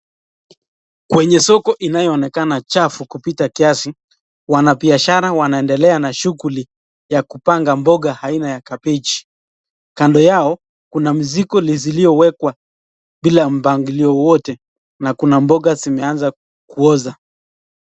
Kwenye soko inayoonekana chafu kupita kiasi, wanabiashara wanaendelea na shughuli ya kupanga mboga aina ya kabeji. Kando yao kuna mizigo ziliowekwa bila mpangilio wowote na kuna mboga zimeanza kuoza.